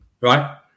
right